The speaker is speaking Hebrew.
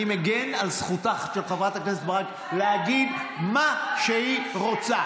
אני מגן על זכותה של חברת הכנסת ברק להגיד מה שהיא רוצה.